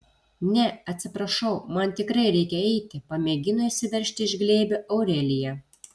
ne atsiprašau man tikrai reikia eiti pamėgino išsiveržti iš glėbio aurelija